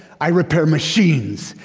i repair machines.